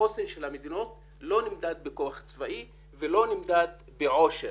החוסן של המדינות לא נמדד בכוח צבאי ולא נמדד בעושר,